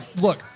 look